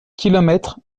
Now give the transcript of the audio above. kilomètres